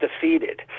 defeated